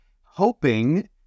hoping